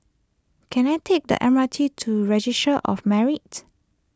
can I take the M R T to Registry of Marriages